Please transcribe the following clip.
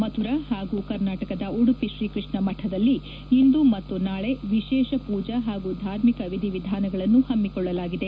ಮಥುರಾ ಪಾಗೂ ಕರ್ನಾಟಕದ ಉಡುಪಿ ಶ್ರೀಕೃಷ್ಣ ಮಠದಲ್ಲಿ ಇಂದು ಮತ್ತು ನಾಳೆ ವಿಶೇಷ ಮೂಜಾ ಹಾಗೂ ಧಾರ್ಮಿಕ ವಿಧಿವಿಧಾನಗಳನ್ನು ಪಮ್ಮಿಕೊಳ್ಳಲಾಗಿದೆ